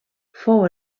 fou